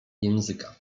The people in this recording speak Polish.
języka